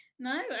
No